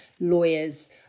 lawyers